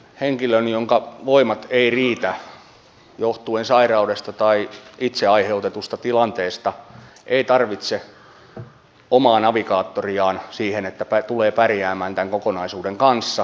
henkilö jonka voimat eivät riitä johtuen sairaudesta tai itse aiheutetusta tilanteesta ei tarvitse omaa navigaattoriaan siihen että tulee pärjäämään tämän kokonaisuuden kanssa